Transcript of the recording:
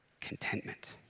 contentment